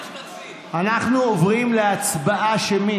אנחנו עוברים להצבעה שמית,